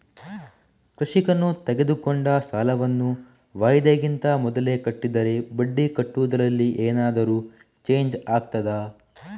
ಕೃಷಿಕನು ತೆಗೆದುಕೊಂಡ ಸಾಲವನ್ನು ವಾಯಿದೆಗಿಂತ ಮೊದಲೇ ಕಟ್ಟಿದರೆ ಬಡ್ಡಿ ಕಟ್ಟುವುದರಲ್ಲಿ ಏನಾದರೂ ಚೇಂಜ್ ಆಗ್ತದಾ?